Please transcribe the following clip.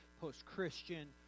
post-Christian